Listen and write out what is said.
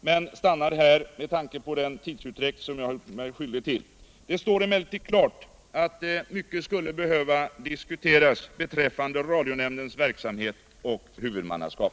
men jag stannar här med tanke på den tidsutdräkt som jag har gjort mig skyldig till. Dei står emellertid klart att mycket skulle behöva diskuteras beträffande radionämndens verksamhet och huvudmannaskap.